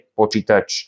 počítač